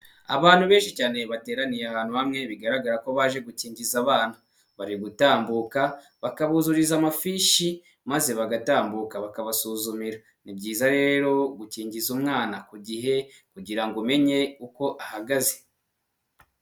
Abantu benshi cyane bateraniye ahantu hamwe bigaragara ko baje gukingiza abana, bari gutambuka bakabuzuriza amafishi maze bagatambuka bakabasuzumira, ni byiza rero gukingiza umwana ku gihe kugira ngo umenyeye uko ahagaze.